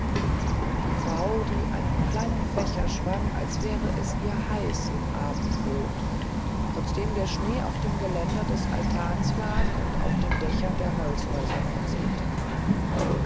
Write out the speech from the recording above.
die frau die einen kleinen fächer schwang als wäre es ihr heiß im abendrot trotzdem der schnee auf dem geländer des altans lag und auf den dächern der holzhäuser von seta